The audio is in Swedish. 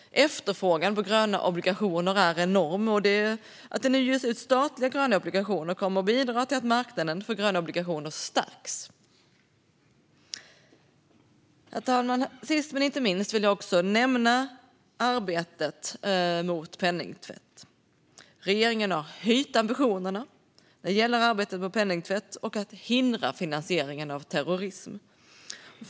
Efterfrågan på gröna obligationer är enorm, och att det nu ges ut statliga gröna obligationer kommer att bidra till att marknaden för gröna obligationer stärks. Herr talman! Sist men inte minst vill jag också nämna arbetet mot penningtvätt. Regeringen har höjt ambitionerna när det gäller arbetet mot penningtvätt och att hindra finansiering av terrorism.